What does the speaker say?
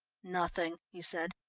nothing, he said.